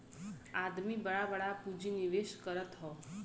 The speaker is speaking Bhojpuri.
आदमी बड़ा बड़ा पुँजी निवेस करत हौ